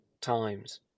times